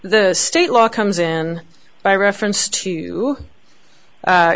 the state law comes in by reference to